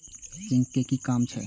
Zinc के कि काम छै?